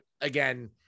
again